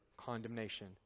condemnation